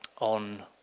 on